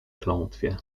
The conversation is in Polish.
klątwie